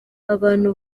abantu